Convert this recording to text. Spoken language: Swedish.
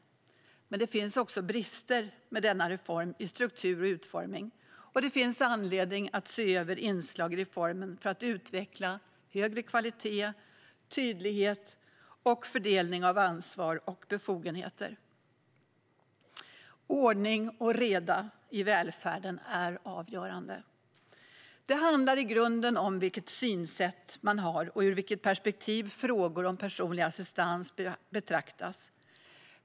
Men det finns också brister med denna reform i struktur och utformning. Det finns anledning att se över inslag i reformen för att utveckla högre kvalitet, tydlighet och fördelning av ansvar och befogenheter. Ordning och reda i välfärden är avgörande. Det handlar i grunden om vilket synsätt man har och ur vilket perspektiv frågor om personlig assistans betraktas.